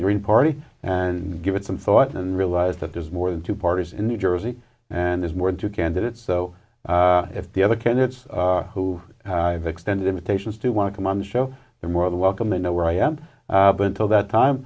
the green party and give it some thought and realize that there's more than two parties in new jersey and there's more than two candidates so if the other candidates who have extended imitations do want to come on the show they're more than welcome they know where i end up until that time